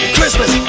Christmas